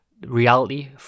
reality